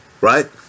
Right